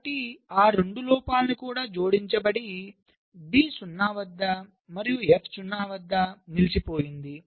కాబట్టి ఆ 2 లోపాలను కూడా జోడించండి D 0 వద్ద మరియు F 0 వద్ద నిలిచిపోయింది